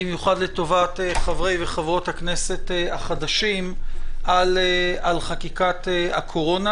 במיוחד לטובת חברי וחברות הכנסת החדשים על חקיקת הקורונה,